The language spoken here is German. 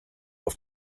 auf